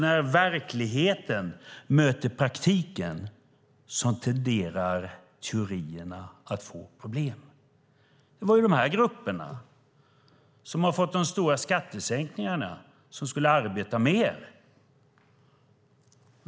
När verkligheten möter praktiken tenderar teorierna att få problem. Det var ju dessa grupper som fått de stora skattesänkningarna som skulle arbeta mer.